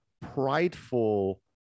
prideful